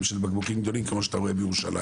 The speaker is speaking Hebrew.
של בקבוקים גדולים כמו שאתה רואה בירושלים.